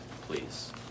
please